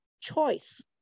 choice